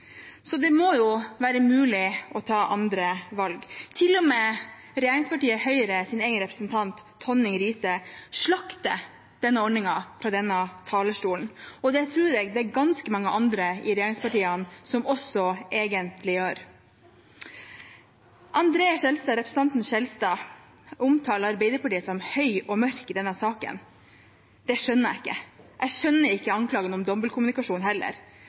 så det må jo være mulig å ta andre valg. Til og med regjeringspartiet Høyres egen representant Tonning-Riise slakter denne ordningen fra denne talerstolen, og det tror jeg det er ganske mange andre i regjeringspartiene som også egentlig gjør. Representanten André Skjelstad omtaler Arbeiderpartiet som høy og mørk i denne saken. Det skjønner jeg ikke. Jeg skjønner ikke anklagen om dobbeltkommunikasjon heller.